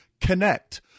Connect